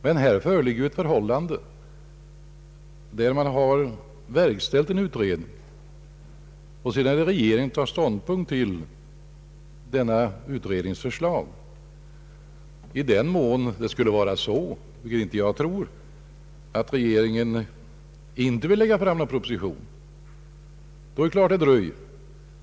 Men här har en utredning verkställts, och utredningens betänkande har inte föran lett något förslag av Kungl. Maj:t. I den mån det skulle förhålla sig på det sättet — vilket jag inte tror — att regeringen inte vill lägga fram en proposition i ärendet, är det klart att behandlingen fördröjs.